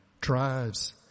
drives